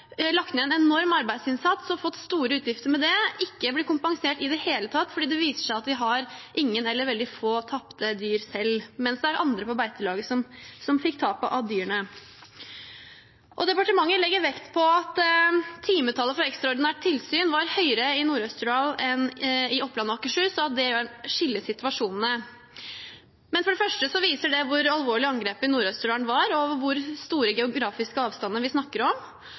lagt ned en enorm arbeidsinnsats og fått store utgifter med det, ikke blir kompensert i det hele tatt fordi det viser seg at de har ingen eller veldig få tapte dyr selv, mens andre på beitelaget får tapet av dyrene. Departementet legger vekt på at timetallet for ekstraordinært tilsyn var høyere i Nord-Østerdal enn i Oppland og Akershus, og at det skiller situasjonene. For det første viser det hvor alvorlig angrepet i Nord-Østerdal var, og hvor store geografiske avstander vi snakker om.